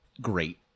great